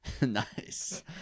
nice